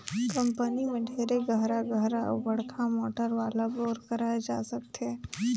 company में ढेरे गहरा गहरा अउ बड़का मोटर वाला बोर कराए जा सकथे